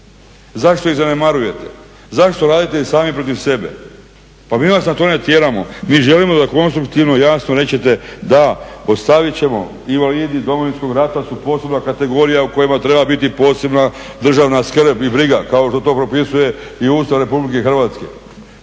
Zašto ih zanemarujete, zašto radite i sami protiv sebe? Pa mi vas na to ne tjeramo, mi želimo da konstruktivno, jasno nećete, da ostavit ćemo invalidi Domovinskog rata su posebna kategorija u kojima treba biti posebna državna skrb i briga kao što to propisuje i Ustav Republike Hrvatske